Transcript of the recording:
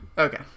okay